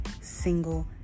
single